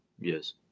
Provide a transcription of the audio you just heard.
yes